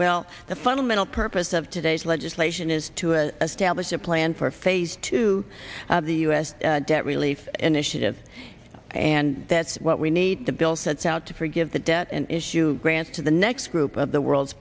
well the fundamental purpose of today's legislation is to stablish a plan for phase two of the u s debt relief initiative and that's what we need to build sets out to forgive the debt and issue grants to the next group of the world's